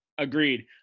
Agreed